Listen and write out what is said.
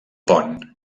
pont